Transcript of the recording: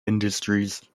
industries